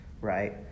right